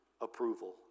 approval